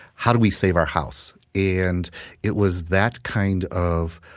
how do we save our house? and it was that kind of